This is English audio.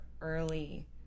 early